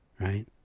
right